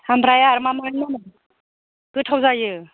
ओमफ्राय आरो मा मा नांगौ गोथाव जायो